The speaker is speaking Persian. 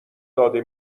داده